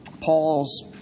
Paul's